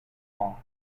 hall